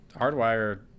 hardwire